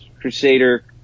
crusader